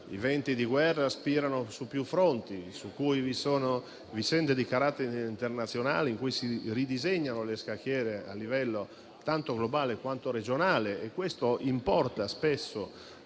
i venti di guerra spirano su più fronti; in cui vi sono vicende di carattere internazionale e in cui si ridisegna lo scacchiere a livello tanto globale quanto regionale, e dunque spesso